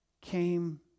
came